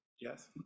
Yes